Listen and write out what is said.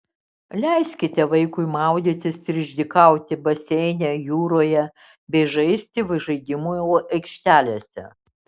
leiskite vaikui maudytis ir išdykauti baseine jūroje bei žaisti žaidimų aikštelėse